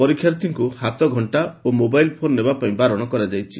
ପରୀକ୍ଷାର୍ଥୀଙ୍କୁ ହାତଘଙ୍ଙା ଓ ମୋବାଇଲ୍ ଫୋନ୍ ନେବା ପାଇଁ ବାରଣ କରାଯାଇଛି